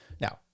Now